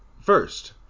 First